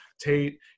Tate